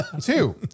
Two